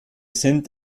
sind